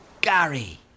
Gary